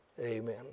Amen